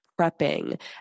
prepping